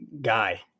guy